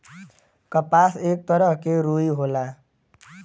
कपास एक तरह के रुई होला